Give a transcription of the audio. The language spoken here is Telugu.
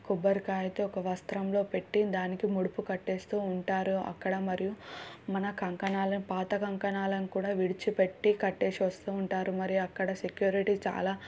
కొబ్బరికాయతో ఒక వస్త్రంలో పెట్టి దానికి ముడుపు కట్టేస్తూ ఉంటారు అక్కడ మరియు మన కంకణాలను పాత కంకణాలను కూడా విడిచిపెట్టి కట్టేసి వస్తూ ఉంటారు మరియు అక్కడ సెక్యూరిటీ చాలా